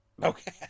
Okay